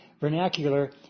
vernacular